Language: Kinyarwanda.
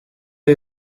ibi